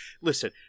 Listen